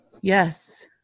Yes